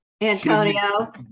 Antonio